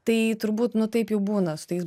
tai turbūt nu taip jau būna su tais